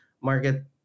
market